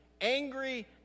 angry